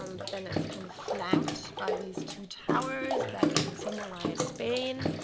um but then it's kind of flanked by these two towers that and symbolize spain.